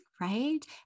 right